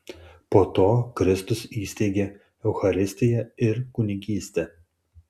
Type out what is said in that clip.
po to kristus įsteigė eucharistiją ir kunigystę